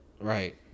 Right